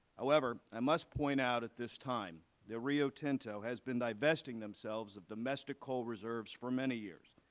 however, i must point out at this time that rio tinto has been divesting themselves of domestic coal reserves for many years.